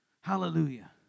Hallelujah